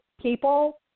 people